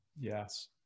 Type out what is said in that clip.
Yes